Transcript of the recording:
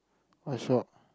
I saw